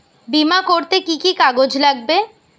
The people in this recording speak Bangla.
বিমা করতে কি কি কাগজ লাগবে?